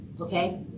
okay